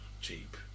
cheap